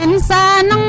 and son,